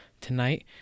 Tonight